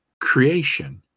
creation